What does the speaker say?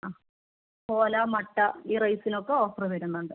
അ ഓല മട്ട ഈ റൈസിനൊക്കെ ഓഫറ് വരുന്നുണ്ട്